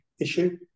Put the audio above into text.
issue